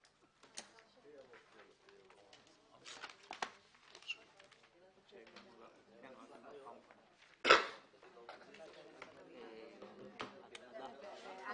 13:39.